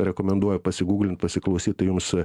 rekomenduoju pasigūglint pasiklausyt tai jums